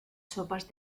sopas